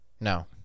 No